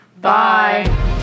Bye